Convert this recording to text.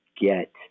Get